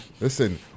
Listen